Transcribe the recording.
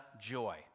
joy